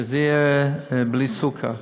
שזה יהיה בלי סוכר.